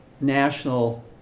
national